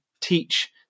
teach